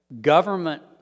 government